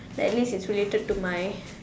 at least it's related to my